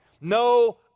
No